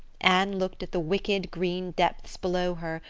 anne looked at the wicked green depths below her,